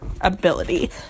ability